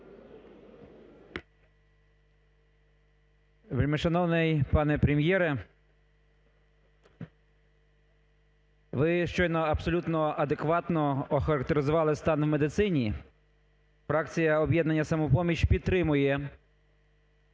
Вельмишановний пане Прем'єре, ми щойно абсолютно адекватно охарактеризували стан в медицині. Фракція "Об'єднання"Самопоміч" підтримує